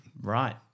Right